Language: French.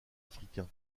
africain